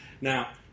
now